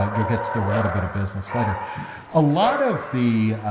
you'll get to do a little bit of business later a lot of the